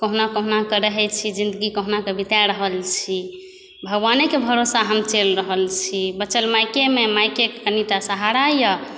कहुना कहुनाकऽ रहै छी जिन्दगी तऽ बिताए रहल छी भगवानेके भरोस हम चलि रहल छी बचल मायकेमे मायके कनिटा सहारा यऽ